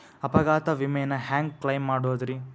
ಅಪಘಾತ ವಿಮೆನ ಹ್ಯಾಂಗ್ ಕ್ಲೈಂ ಮಾಡೋದ್ರಿ?